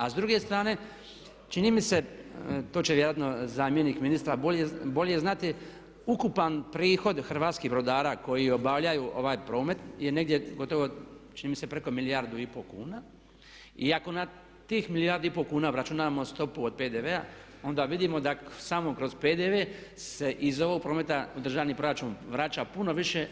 A s druge strane čini mi se, to će vjerojatno zamjenik ministra bolje znati ukupan prihod hrvatskih brodara koji obavljaju ovaj promet je negdje gotovo čini me preko milijardu i pol kuna i ako na tih milijardu i pol kuna obračunamo stopu od PDV-a onda vidimo da samo kroz PDV se ne iz ovog prometa održani proračun vraća puno više